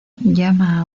llama